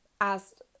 asked